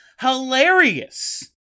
hilarious